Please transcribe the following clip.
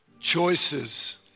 Choices